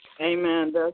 Amen